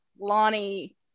Lonnie